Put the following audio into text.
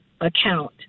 account